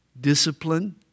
discipline